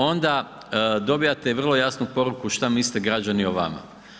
Onda dobivate i vrlo jasnu poruku šta misle građani o vama.